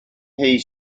his